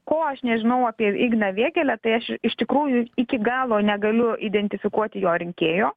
ko aš nežinau apie igną vėgėlę tai aš iš tikrųjų iki galo negaliu identifikuoti jo rinkėjo